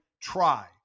try